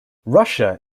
russia